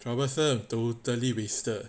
troublesome totally wasted